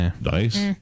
Nice